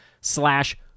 slash